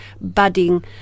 budding